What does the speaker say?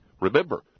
Remember